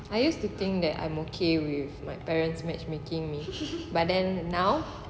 I used to think that I'm okay with my parents match making me but then now